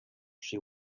she